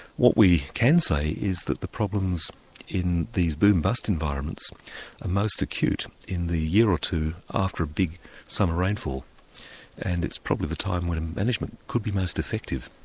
what we can say is that the problems in these boom bust environments are most acute in the year or two after a summer rainfall and it's probably the time when management could be most effective.